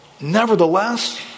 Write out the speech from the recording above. Nevertheless